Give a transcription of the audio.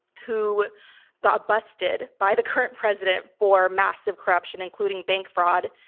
who got busted by the current president for massive corruption including bank fraud.